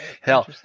Hell